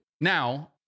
now